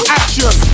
action